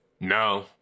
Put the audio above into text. no